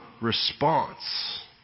response